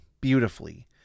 beautifully